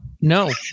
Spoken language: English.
No